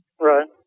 Right